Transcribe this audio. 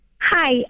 Hi